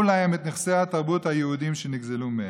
להם את נכסי התרבות היהודיים שנגזלו מהם.